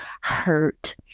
hurt